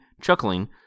chuckling